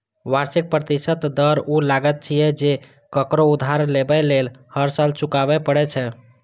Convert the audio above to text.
वार्षिक प्रतिशत दर ऊ लागत छियै, जे ककरो उधार लेबय लेल हर साल चुकबै पड़ै छै